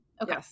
Okay